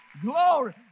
Glory